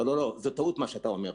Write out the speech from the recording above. זו טעות מה שאתה אומר.